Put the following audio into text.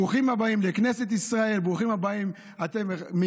ברוכים הבאים לכנסת ישראל, ברוכים הבאים מאיתנו.